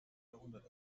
jahrhundert